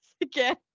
again